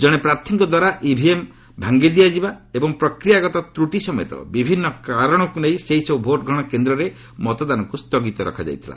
ଜଣେ ପ୍ରାର୍ଥୀଙ୍କଦ୍ୱାରା ଇଭିଏମ୍ ଭାଙ୍ଗିଦିଆଯିବା ଏବଂ ପ୍ରକ୍ରିୟାଗତ ତ୍ରଟି ସମେତ ବିଭିନ୍ନ କାରଣକୁ ନେଇ ସେହିସବୁ ଭୋଟ୍ଗ୍ରହଣ କେନ୍ଦ୍ରରେ ମତଦାନକୁ ସ୍ଥଗିତ ରଖାଯାଇଥିଲା